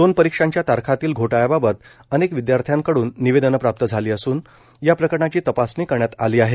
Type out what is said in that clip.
दोन परीक्षांच्या तारखांतील घोटाळ्याबाबत अनेक विदयार्थ्यांकडून निवेदनं प्राप्त झाली असून या प्रकरणाची तपासणी करण्यात आली आहे